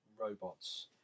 robots